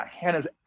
Hannah's